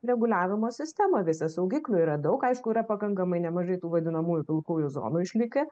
reguliavimo sistemą visą saugiklių yra daug aišku yra pakankamai nemažai tų vadinamųjų pilkųjų zonų išlikę